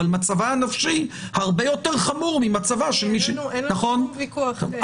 אבל מצבה הנפשי הרבה יותר חמור ממצבה של מי --- אין לנו שום ויכוח.